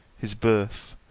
his birth,